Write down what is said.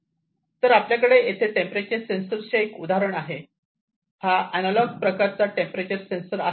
तर आपल्याकडे येथे टेंपरेचर सेंसरचे एक उदाहरण आहे हा अँनालाँग प्रकारचा टेंपरेचर सेन्सर आहे